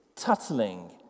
tuttling